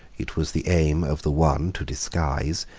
it was the aim of the one to disguise,